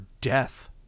death